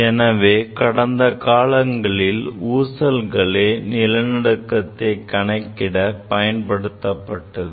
எனவே கடந்த காலங்களில் ஊசல்களே நிலநடுக்கத்தை கணக்கிட பயன்படுத்தப்பட்டது